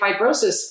fibrosis